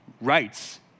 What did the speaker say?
rights